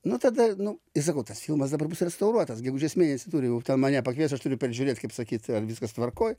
nu tada nu sakau tas filmas dabar bus restauruotas gegužės mėnesį turi mane pakviest aš turiu peržiūrėt kaip sakyt ar viskas tvarkoj